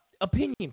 opinion